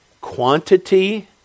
quantity